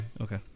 okay